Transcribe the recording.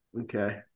Okay